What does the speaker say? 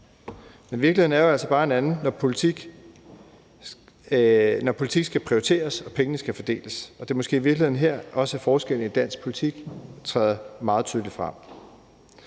Men virkeligheden er jo altså bare en anden, når politik skal prioriteres og pengene skal fordeles. Det er måske i virkeligheden også her, forskellene i dansk politik træder meget tydeligt frem.